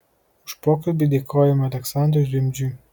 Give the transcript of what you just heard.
už pokalbį dėkojame aleksandrui rimdžiui